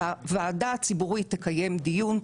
הוועדה הציבורית תקיים דיון,